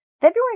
February